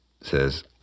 says